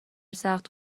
سخت